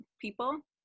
people